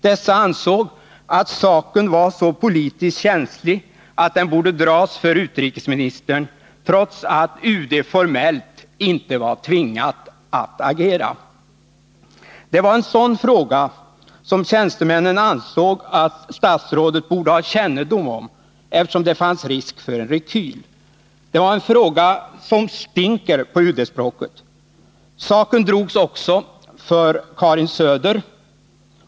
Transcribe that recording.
Dessa ansåg att saken var så politiskt känslig att den borde Det var en sådan fråga som tjänstemännen ansåg att statsrådet borde ha Onsdagen den kännedom om, eftersom det fanns risk för en rekyl. Det var en ”stinker”, på 20 maj 1981 UD-språket. Saken drogs också för Karin Söder.